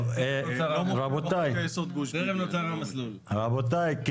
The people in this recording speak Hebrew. טוב, רבותיי.